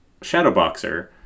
Shadowboxer